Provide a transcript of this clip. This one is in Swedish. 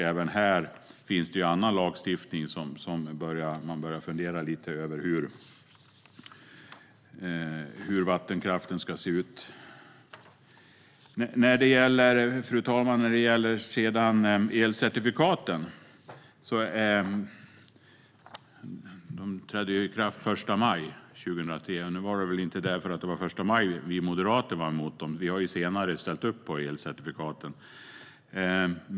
Även här finns annan lagstiftning som man börjar fundera lite över när det gäller hur vattenkraften ska se ut. Fru talman! Elcertifikaten trädde i kraft den 1 maj 2003. Det var inte på grund av att det var den 1 maj som vi moderater var emot dem; vi har senare ställt upp på elcertifikaten.